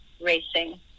racing